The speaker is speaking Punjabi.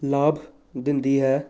ਲਾਭ ਦਿੰਦੀ ਹੈ